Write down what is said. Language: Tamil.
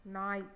நாய்